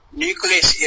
nucleus